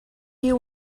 you